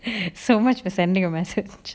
so much for sending a message